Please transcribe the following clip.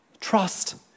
Trust